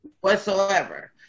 whatsoever